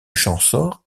champsaur